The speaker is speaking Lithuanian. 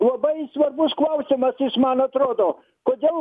labai svarbus klausimas man atrodo kodėl